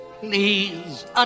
Please